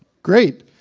great!